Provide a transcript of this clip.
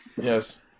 Yes